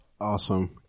awesome